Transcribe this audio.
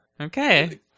Okay